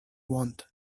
want